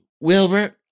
Wilbur